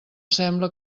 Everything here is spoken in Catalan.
sembla